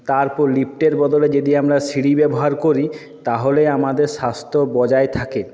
তারপর লিফটের বদলে যদি আমরা সিঁড়ি ব্যবহার করি তাহলে আমাদের স্বাস্থ্য বজায় থাকে